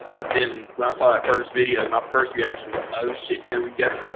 but then when i saw that first video, my first reaction was, oh shit, here we go.